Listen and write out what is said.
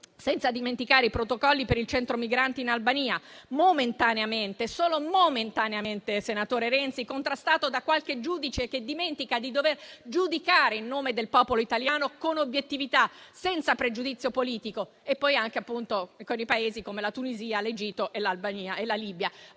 senza dimenticare i protocolli per il centro migranti in Albania, momentaneamente (solo momentaneamente, senatore Renzi) contrastato da qualche giudice che dimentica di dover giudicare in nome del popolo italiano con obiettività, senza pregiudizio politico, e poi anche con Paesi come la Tunisia, l'Egitto, l'Albania e la Libia.